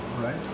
right